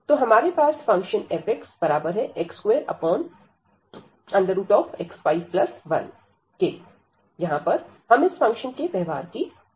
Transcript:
तो हमारे पास फंक्शन fxx2x51 है यहां पर हम इस फंक्शन के व्यवहार की जांच करेंगे